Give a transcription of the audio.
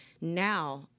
now